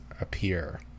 appear